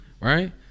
right